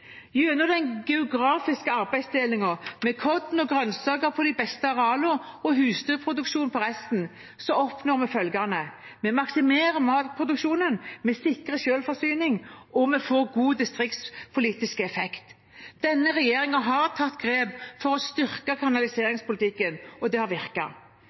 Gjennom den geografiske arbeidsdelingen med korn og grønnsaker på de beste arealene og husdyrproduksjon på resten oppnår vi følgende: Vi maksimerer matproduksjonen, vi sikrer selvforsyning, og vi får god distriktspolitisk effekt. Denne regjeringen har tatt grep for å styrke kanaliseringspolitikken, og det har